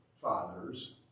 fathers